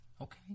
Okay